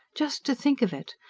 just to think of it!